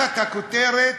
הכותרת: